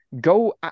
go